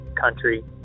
country